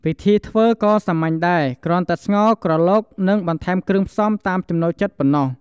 វិធីធ្វើក៏សាមញ្ញដែរ គ្រាន់តែស្ងោរ ក្រឡុក និងបន្ថែមគ្រឿងផ្សំតាមចំណូលចិត្តប៉ុណ្ណោះ។